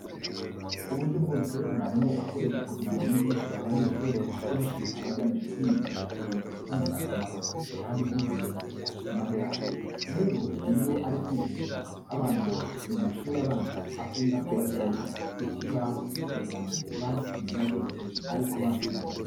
Uburyo bwose mwarimu akoresha kugira ngo yigishe abanyeshuri akenshi aba agamije kubigisha ibintu by'ingirakamaro kandi by'ingenzi ku buzima bwabo. Rero iyo ari kwigisha abana bo mu mashuri abanza akunda kubajyana ku kibaho kugira ngo bandike ibintu byose ari kubabwira.